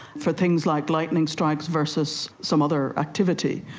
for things like lightning strikes versus some other activity,